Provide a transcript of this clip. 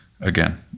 again